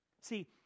See